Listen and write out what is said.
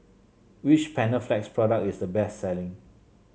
which Panaflex product is the best selling